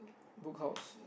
Book House